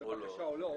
או לא,